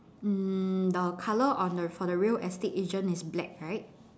mm the colour on the for the real estate agent is black right